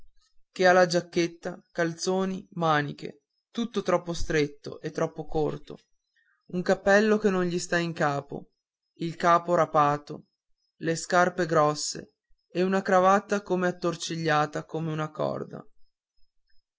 che ha giacchetta calzoni maniche tutto troppo stretto e troppo corto un cappello che non gli sta in capo il capo rapato le scarpe grosse e una cravatta sempre attorcigliata come una corda